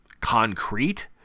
concrete